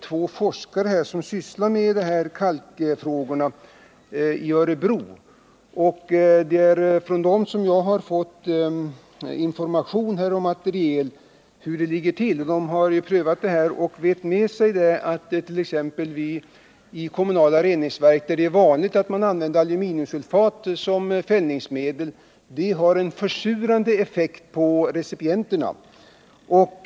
Två forskare i Örebro har sysslat med att undersöka användningen av kalk som fällningsmedel i avloppsreningsverk, och från dem har jag fått information och material som redovisar hur det ligger till på det här området. Av detta framgår att användningen av aluminiumsulfat som fällningsmedel, en metod som vanligtvis förekommer i de kommunala reningsverken, har en försurande effekt på recipienterna.